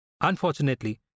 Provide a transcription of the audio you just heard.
Unfortunately